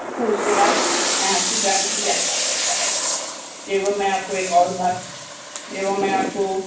आपको उसके बाद यहाँ से जाने दिया जा सकता है एवं मैं आपको एक और बात एवं मैं आपको